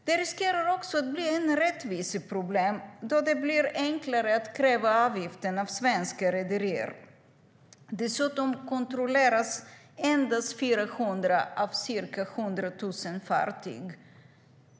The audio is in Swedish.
Detta riskerar också att bli ett rättviseproblem då det blir enklare att kräva in avgifter från svenska rederier. Dessutom kontrolleras endast 400 av ca 100 000 fartyg.